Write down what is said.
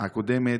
הקודמת,